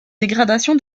dégradation